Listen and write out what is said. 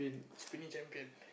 spinning champion